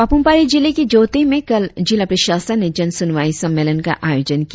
पापुम पारे जिले के जोते में कल जिला प्रशासन ने जन सुनवाई सम्मेलन का आयोजन किया